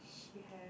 she has